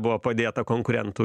buvo padėta konkurentų